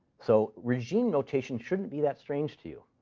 so regime notation shouldn't be that strange to you.